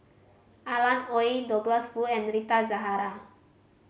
Alan Oei Douglas Foo and Rita Zahara